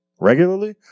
Regularly